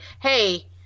hey